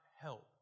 help